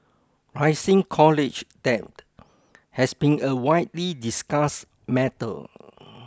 rising college debt has been a widely discussed matter